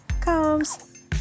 comes